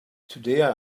today